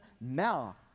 now